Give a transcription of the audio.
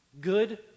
Good